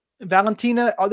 Valentina